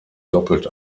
doppelt